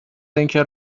اینکه